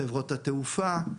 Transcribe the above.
חברות התעופה,